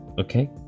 Okay